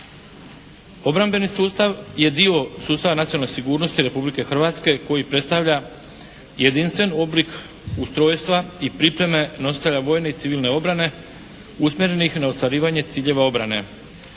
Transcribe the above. Obrambeni sustav je dio sustava nacionalne sigurnosti Republike Hrvatske koji predstavlja jedinstveni oblik ustrojstva i pripreme nositelja vojne i civilne obrane usmjerenih na ostvarivanje ciljeva obrane.